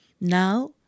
Now